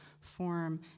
form